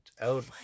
out